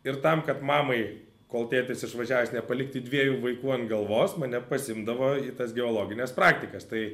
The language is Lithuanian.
ir tam kad mamai kol tėtis išvažiavęs nepalikti dviejų vaikų ant galvos mane pasiimdavo į tas geologines praktikas tai